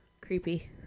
Creepy